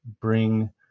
bring